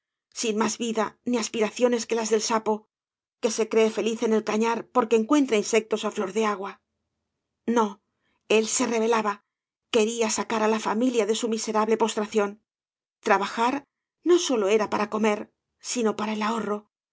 sin más vida ni aspiraciones que las del sapo que se cree feliz en el cañar porque encuentra insectos á flor de agua no él se rebelaba quería sacar á la familia de su miserable postración trabajar no sólo para v blasco ibáñbz comer bino para el ahorro